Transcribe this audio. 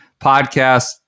podcast